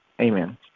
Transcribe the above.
Amen